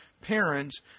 parents